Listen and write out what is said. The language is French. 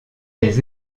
des